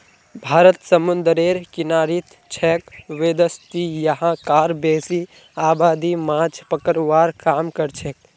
भारत समूंदरेर किनारित छेक वैदसती यहां कार बेसी आबादी माछ पकड़वार काम करछेक